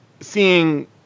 seeing